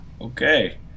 Okay